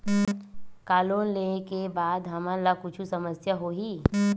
का लोन ले के बाद हमन ला कुछु समस्या होही?